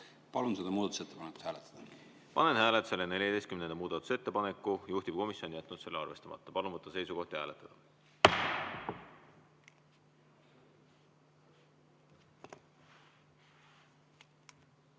Palun seda muudatusettepanekut hääletada. Panen hääletusele 14. muudatusettepaneku. Juhtivkomisjon on jätnud selle arvestamata. Palun võtta seisukoht ja hääletada!